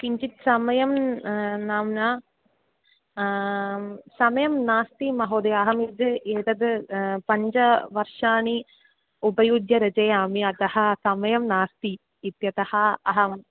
किञ्चित् समयं नाम्ना समयं नास्ति महोदय अहं यद् एतद् पञ्च वर्षाणि उपयुज्य रचयामि अतः समयः नास्ति इत्यतः अहम्